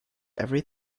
every